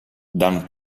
dan